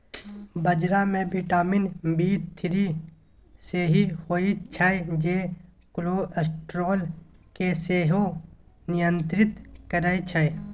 बजरा मे vitamin B three सेहो होइ छै जे कोलेस्ट्रॉल केँ सेहो नियंत्रित करय छै